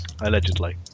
allegedly